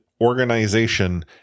organization